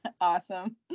awesome